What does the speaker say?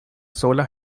sola